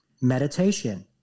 Meditation